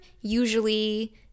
usually